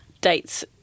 dates